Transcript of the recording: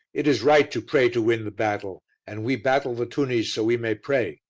it is right to pray to win the battle, and we battle the tunnies so we may pray.